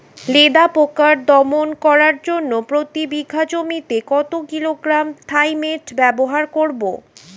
লেদা পোকা দমন করার জন্য প্রতি বিঘা জমিতে কত কিলোগ্রাম থাইমেট ব্যবহার করব?